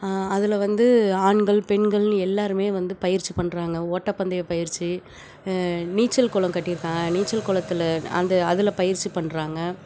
அதில் வந்து ஆண்கள் பெண்கள்னு எல்லோருமே வந்து பயிற்சி பண்ணுறாங்க ஓட்டப்பந்தய பயிற்சி நீச்சல் குளம் கட்டியிருக்காங்க நீச்சல் குளத்துல அந்த அதில் பயிற்சி பண்ணுறாங்க